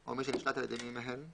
או מי שנשלט על ידי מי מהן,